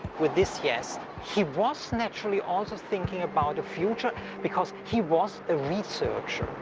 with this, yes. he was naturally always thinking about the future because he was a researcher.